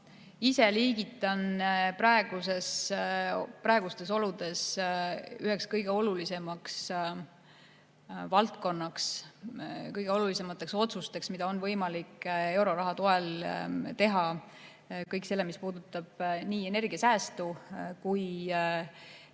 ise liigitan praegustes oludes üheks kõige olulisemaks valdkonnaks ja kõige olulisemateks otsusteks, mida on võimalik euroraha toel teha, kõige selle, mis puudutab nii energiasäästu kui ikkagi